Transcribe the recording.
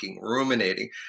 ruminating